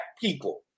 people